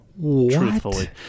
truthfully